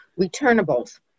returnables